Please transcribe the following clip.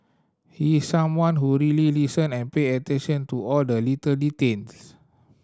he's someone who really listen and pay attention to all the little details